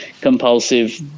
compulsive